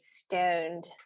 Stoned